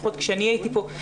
לפחות כשאני הייתי פה,